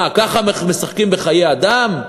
מה, ככה משחקים בחיי אדם?